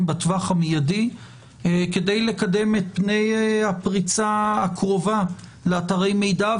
בטווח המיידי כדי לקדם את פני הפריצה הקרובה לאתרי מידע,